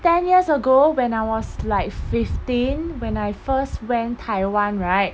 ten years ago when I was like fifteen when I first went taiwan right